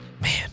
Man